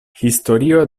historio